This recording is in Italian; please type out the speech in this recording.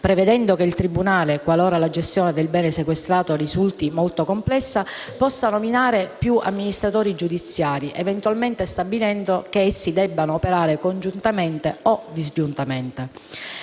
prevedendo che il tribunale, qualora la gestione del bene sequestrato risulti molto complessa, possa nominare più amministratori giudiziari eventualmente stabilendo se essi debbano operare congiuntamente o disgiuntamente.